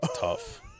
Tough